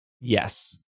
yes